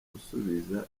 usubiza